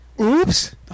Oops